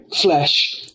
flesh